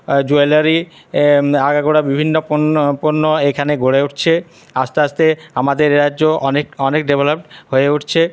jewellery আগাগোড়া বিভিন্ন পণ্য পণ্য এখানে গড়ে উঠছে আস্তে আস্তে আমাদের রাজ্য অনেক অনেক ডেভেলপ হয়ে উঠছে